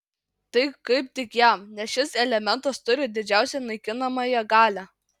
tai kaip tik jam nes šis elementas turi didžiausią naikinamąją galią